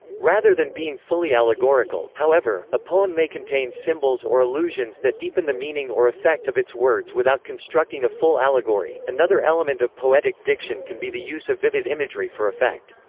rather than being fully allegorical, however, a poem may contain symbols or allusions that deepen the meaning or effect of its words without constructing a full allegory another element of poetic diction can be the use of vivid imagery for effect.